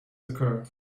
occur